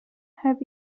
have